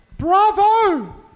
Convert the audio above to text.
Bravo